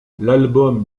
l’album